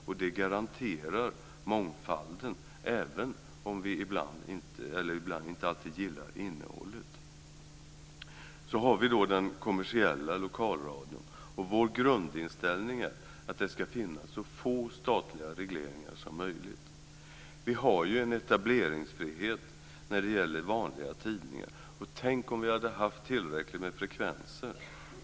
Och det garanterar mångfalden, även om vi ibland inte gillar innehållet. Så har vi den kommersiella lokalradion. Vår grundinställning är att det ska finnas så få statliga regleringar som möjligt. Vi har ju en etableringsfrihet när det gäller vanliga tidningar. Och tänk om vi hade haft tillräckligt med frekvenser.